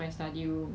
对 lor